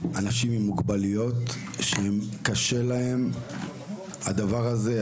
אנשים עם מוגבלויות שקשה להם הדבר הזה.